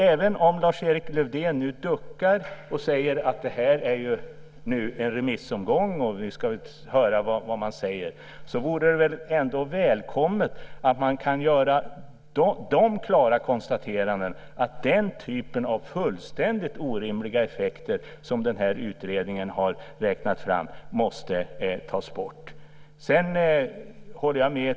Även om Lars-Erik Lövdén duckar och säger att det här är en remissomgång och att vi ska höra vad man säger så vore det väl ändå välkommet om han kunde göra de klara konstaterandena att den typ av fullständigt orimliga effekter som den här utredningen har räknat fram måste tas bort.